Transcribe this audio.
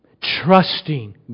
Trusting